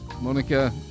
Monica